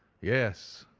yes.